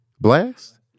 Blast